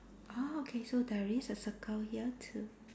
ah okay so there is a circle here too